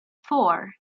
four